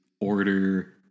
order